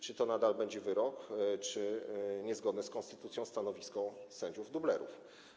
Czy to nadal będzie wyrok, czy niezgodne z konstytucją stanowisko sędziów dublerów?